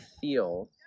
feel